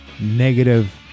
negative